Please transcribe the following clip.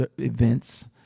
events